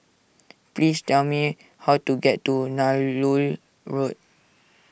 please tell me how to get to Nallur Road